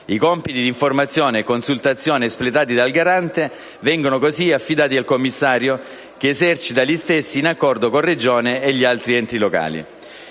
I compiti di informazione e consultazione espletati dal Garante vengono così affidati al commissario, che esercita gli stessi in accordo con Regione e altri enti locali.